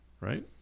right